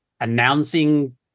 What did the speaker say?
announcing